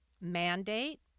mandate